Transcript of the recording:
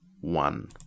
one